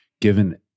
given